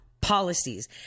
policies